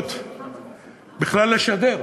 המשדרות בכלל לשדר.